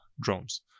drones